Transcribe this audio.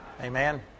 Amen